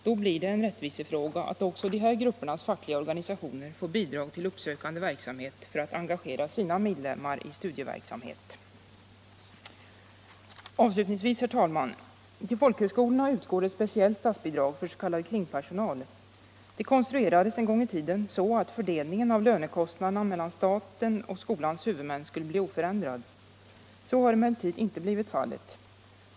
Då är det en rättvisefråga att också de här gruppernas fackliga organisationer får bidrag till uppsökande verksamhet för att engagera sina medlemmar i studieverksamhet. Avslutningsvis, herr talman! Till folkhögskolorna utgår ett speciellt statsbidrag för s.k. kringpersonal. Det konstruerades en gång i tiden så att fördelningen av lönekostnaderna mellan staten och skolans huvudmän skulle bli oförändrad. Så har emellertid inte blivit fallet.